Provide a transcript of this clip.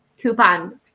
coupon